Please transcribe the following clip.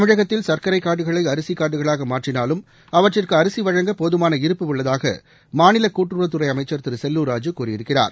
தமிழகத்தில் சா்க்கரை காா்டுகளை அரிசி காா்டுகளாக மாற்றினாலும் அவற்றிற்கு அரிசி வழங்க போதமான இருப்பு உள்ளதாக மாநில கூட்டுறவுத்துறை அமைச்சர் திரு செல்லூர் ராஜூ கூறியிருக்கிறார்